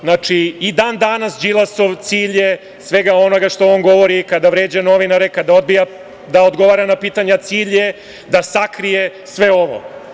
Znači, i dan danas Đilasov cilj je, svega onoga što on govori kada vređa novinare, kada odbija da odgovara na pitanja, da sakrije sve ovo.